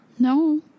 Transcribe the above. No